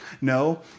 No